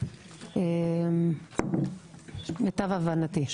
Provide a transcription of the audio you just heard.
למיטב הבנתי.